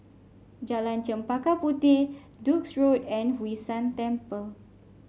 Jalan Chempaka Puteh Duke's Road and Hwee San Temple